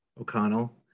O'Connell